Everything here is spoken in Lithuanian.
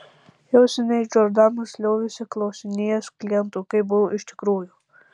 jau seniai džordanas liovėsi klausinėjęs klientų kaip buvo iš tikrųjų